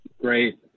Great